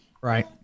Right